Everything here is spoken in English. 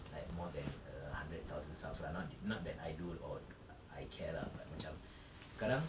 like more than a hundred thousand subs lah not not that I do or I care lah but macam sekarang